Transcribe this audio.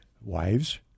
wives